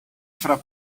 fra